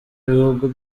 ibihugu